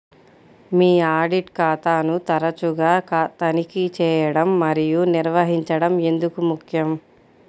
మీ audit ఖాతాను తరచుగా తనిఖీ చేయడం మరియు నిర్వహించడం ఎందుకు ముఖ్యం?